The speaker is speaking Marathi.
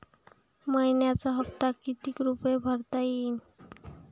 मइन्याचा हप्ता कितीक रुपये भरता येईल?